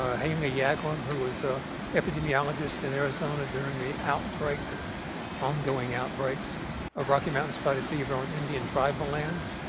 ah hayley yaglom, who was a epidemiologist in arizona during the outbreak ongoing outbreaks of rocky mountain spotted fever on indian tribal lands,